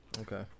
Okay